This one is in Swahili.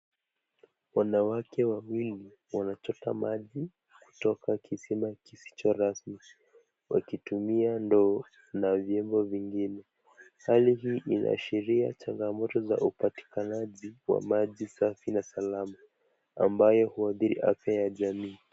Wanawake wawili wanachota maji kutoka kisima kisicho rasmi wakitumia ndoo na vyombo vingine. Sali hii inaashiria janga moto la upatikanaji wa maji safi na salama ambayo huathiri afya ya jamii.